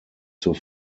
zur